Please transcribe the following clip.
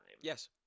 Yes